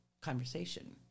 conversation